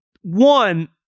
one